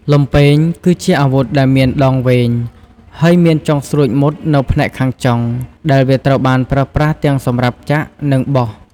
លំពែង គឺជាអាវុធដែលមានដងវែង ហើយមានចុងស្រួចមុតនៅផ្នែកខាងចុង ដែលវាត្រូវបានប្រើប្រាស់ទាំងសម្រាប់ចាក់ និងបោះ។